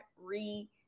re-